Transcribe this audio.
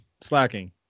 slacking